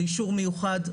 זה אישור מיוחד,